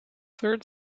third